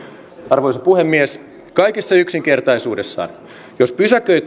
arvoisa puhemies kaikessa yksinkertaisuudessaan jos pysäköit